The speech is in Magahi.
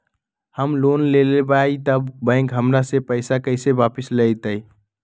हम लोन लेलेबाई तब बैंक हमरा से पैसा कइसे वापिस लेतई?